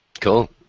Cool